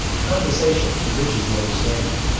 conversation enriches the understanding,